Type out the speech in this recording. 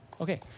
Okay